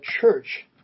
church